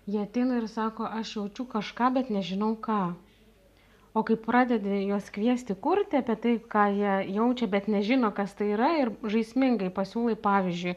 jie ateina ir sako aš jaučiu kažką bet nežinau ką o kai pradedi juos kviesti kurti apie tai ką jie jaučia bet nežino kas tai yra ir žaismingai pasiūlai pavyzdžiui